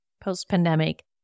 post-pandemic